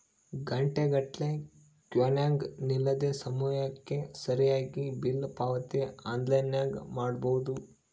ಘಂಟೆಗಟ್ಟಲೆ ಕ್ಯೂನಗ ನಿಲ್ಲದೆ ಸಮಯಕ್ಕೆ ಸರಿಗಿ ಬಿಲ್ ಪಾವತಿ ಆನ್ಲೈನ್ನಾಗ ಮಾಡಬೊದು